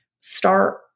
start